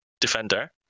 defender